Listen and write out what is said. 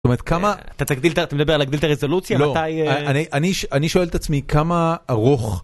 כמה תגידי לך לדבר על הגדילת הרזולוציה מתי אני אני שואל את עצמי כמה ארוך.